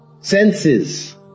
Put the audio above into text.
senses